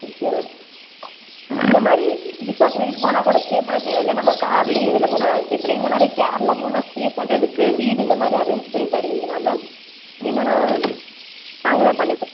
okay ma'am இந்த மாதிரி ஈஸா கோயிலுக்கு போனா கூட ஸ்டே பண்ண தேவை இல்லை நம்ம கார்ல எதில் போனாலும் இந்த மாதிரி காரில் போனா ஸ்டே பண்ணுறதுக்கு வீடு இந்த மாதிரி அரேஞ்ச் பண்ணி தருவிங்களா மேம் இல்லைனா நாங்களாக பண்ணி